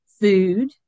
food